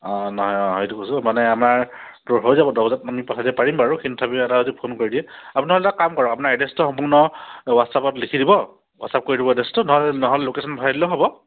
অঁ নহয় অঁ সেইটো কৈছোঁ মানে আমাৰ তো হৈ যাব দহ বজাত মানে পঠাই দিব পাৰিম আৰু কিন্তু তথাপিও এটা যদি ফোন কৰি দিয়ে আপুনি নহ'লে এটা কাম কৰক আপোনাৰ এড্ৰেটো সম্পূৰ্ণ হোৱাটছএপত লিখি দিব হোৱাটছএপ কৰি দিব এড্ৰেটো নহ'লে লকচনটো পঠাই দিলেও হ'ব